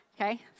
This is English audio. Okay